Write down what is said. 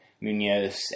Munoz